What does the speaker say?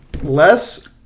less